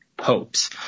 hopes